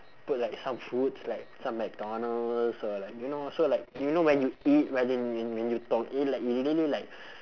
put like some foods like some mcdonald's or like you know so like you know when you eat but then when when you talk it like it really like